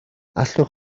allwch